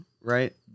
right